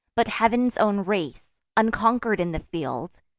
but heav'n's own race unconquer'd in the field,